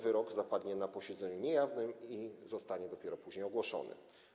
Wyrok zapadnie na posiedzeniu niejawnym i zostanie dopiero później ogłoszony.